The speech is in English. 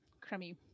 crummy